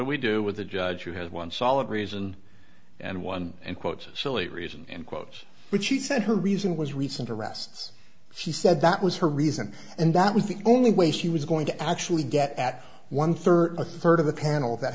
do we do with a judge who has once solid reason and one end quote silly reason and quote which she said her reason was recent arrests she said that was her reason and that was the only way she was going to actually get at one thirty third of the panel that